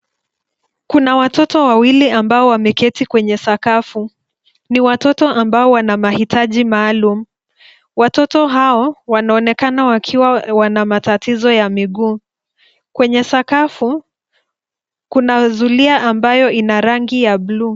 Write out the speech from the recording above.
Kuna watoto wawili ambao wameketi kwenye sakafu. Ni watoto ambao wana mahitaji maalum. Watoto hao wanaonekana wakiwa wana matatizo ya miguu. Kwenye sakafu kuna zulia ambayo ina rangi ya buluu.